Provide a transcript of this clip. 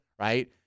Right